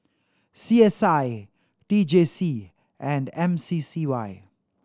C S I T J C and M C C Y